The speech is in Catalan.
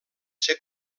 ser